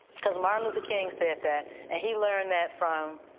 cause martin luther king said that and he learned that from?